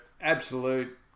absolute